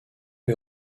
est